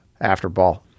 afterball